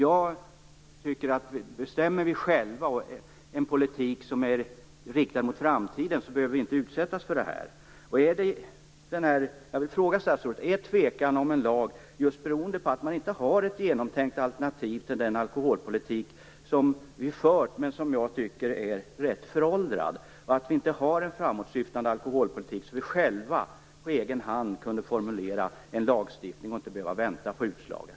Om vi själva bestämmer en politik som är riktad mot framtiden behöver vi inte utsättas för det här. Jag vill fråga statsrådet: Tvekar man om en lag beroende på att det inte finns ett genomtänkt alternativ till den alkoholpolitik som vi för, som jag tycker är rätt föråldrad? Har vi inte en framåtsyftande alkoholpolitik så att vi själva, på egen hand, kan formulera en lagstiftning och inte behöver vänta på utslaget?